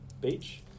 Beach